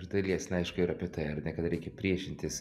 iš dalies na aišku ir apie tai ar ne kad reikia priešintis